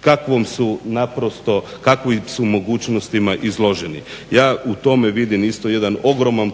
kakvim su naprosto mogućnostima izloženi. Ja u tome vidim isto jedan